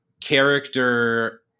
character